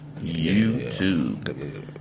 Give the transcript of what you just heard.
YouTube